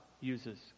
uses